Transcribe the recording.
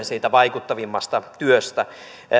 siitä kansalaisjärjestöjen vaikuttavimmasta työstä